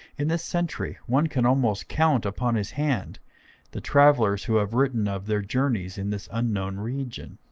in this century one can almost count upon his hand the travelers who have written of their journeys in this unknown region.